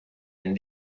been